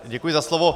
Děkuji za slovo.